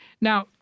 Now